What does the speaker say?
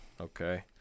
Okay